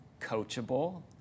coachable